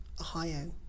Ohio